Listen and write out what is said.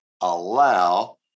allow